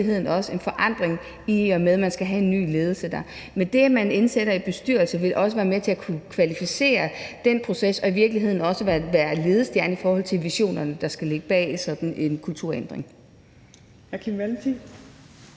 og i virkeligheden også en forandring, i og med at man skal have en ny ledelse. Men det, at man indsætter en bestyrelse, vil også være med til at kunne kvalificere den proces og i virkeligheden også være ledestjerne for de visioner, der skal ligge bag sådan en kulturændring.